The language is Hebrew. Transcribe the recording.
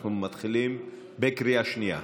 אנחנו מתחילים בקריאה שנייה.